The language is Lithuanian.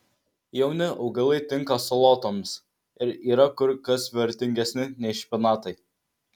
jauni augalai tinka salotoms ir yra kur kas vertingesni nei špinatai